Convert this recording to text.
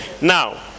now